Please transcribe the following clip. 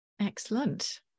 Excellent